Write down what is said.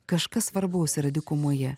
kažkas svarbaus yra dykumoje